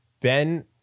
Ben